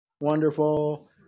Wonderful